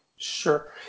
Sure